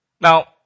Now